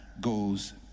goes